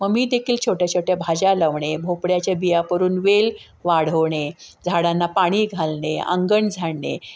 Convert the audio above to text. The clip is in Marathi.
मम्मीदेखील छोट्या छोट्या भाज्या लावणे भोपळ्याच्या बिया पेरून वेल वाढवणे झाडांना पाणी घालणे अंगण झाडणे